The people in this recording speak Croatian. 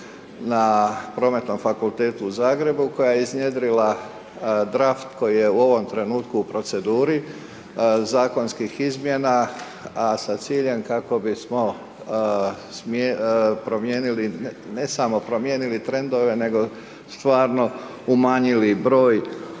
na prometnom fakultetu u Zagrebu, koja je iznjedrila draft, koji je u ovom trenutku u proceduri zakonskim izmjena, a sa ciljem kako bismo promijenili, ne samo promijenili trendove, nego stvarno umanjili broj